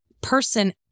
Person